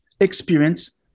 experience